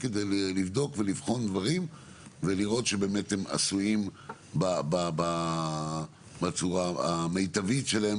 כדי לבדוק ולבחון דברים ולראות שבאמת הם עשויים בצורה המיטבית שלהם,